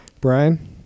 Brian